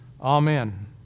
Amen